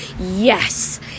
yes